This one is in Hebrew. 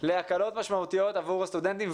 להקלות משמעותיות עבור הסטודנטים,